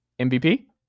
MVP